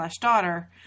daughter